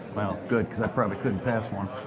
well, good, because i probably couldn't pass one.